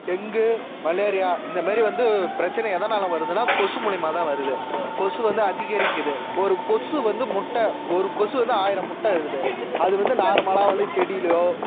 dengue malaria இந்த மாரி வந்து பிரச்சினை எதனால் வருதுனால் கொசு மூலிமா தான் வருது கொசு வந்து அதிகரிக்குது ஒரு கொசு வந்து முட்டை ஒரு கொசு வந்து ஆயிரம் முட்டையிடுது அது வந்து நார்மலாக வந்து செடியிலேயோ